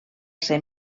ser